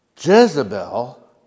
Jezebel